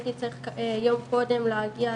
הייתי צריך יום קודם להגיע,